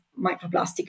microplastic